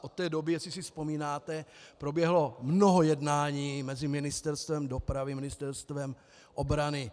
Od té doby, jestli si vzpomínáte, proběhlo mnoho jednání mezi Ministerstvem dopravy, Ministerstvem obrany.